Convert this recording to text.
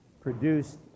produced